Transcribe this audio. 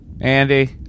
Andy